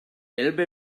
elbe